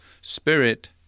Spirit